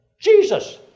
Jesus